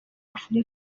afurika